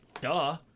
duh